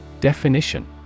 Definition